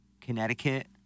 Connecticut